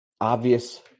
obvious